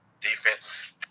defense